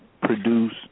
produce